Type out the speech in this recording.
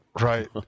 Right